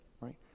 right